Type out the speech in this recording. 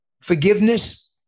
Forgiveness